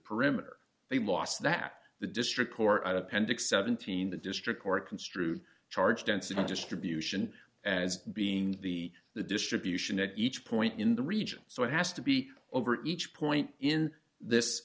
perimeter they lost that the district court appendix seventeen the district court construe charge density distribution as being the the distribution at each point in the region so it has to be over each point in this